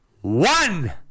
One